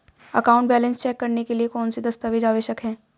Account balance check करने के लिए कौनसे दस्तावेज़ आवश्यक हैं?